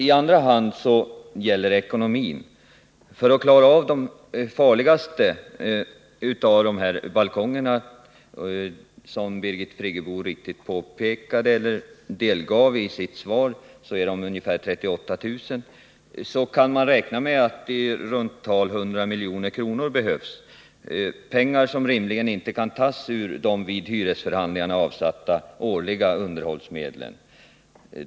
I andra hand gäller det ekonomin. För att klara av de farligaste av de här balkongerna — som Birgit Friggebo påpekade i sitt svar rör det sig om ca 38 000 — kan man räkna med att det behövs i runt tal 100 milj.kr., pengar som rimligen inte kan tas ur de vid hyresförhandlingarna avsatta årliga underhållsmedlen.